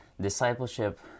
discipleship